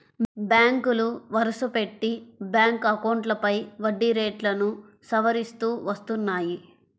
బ్యాంకులు వరుసపెట్టి బ్యాంక్ అకౌంట్లపై వడ్డీ రేట్లను సవరిస్తూ వస్తున్నాయి